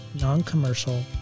non-commercial